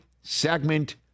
segment